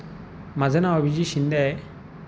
माझं नाव अभिजीत शिंदे आहे